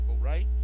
right